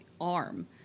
arm